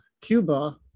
Cuba